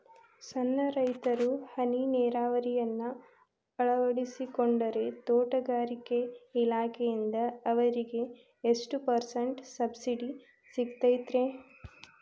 ಸಣ್ಣ ರೈತರು ಹನಿ ನೇರಾವರಿಯನ್ನ ಅಳವಡಿಸಿಕೊಂಡರೆ ತೋಟಗಾರಿಕೆ ಇಲಾಖೆಯಿಂದ ಅವರಿಗೆ ಎಷ್ಟು ಪರ್ಸೆಂಟ್ ಸಬ್ಸಿಡಿ ಸಿಗುತ್ತೈತರೇ?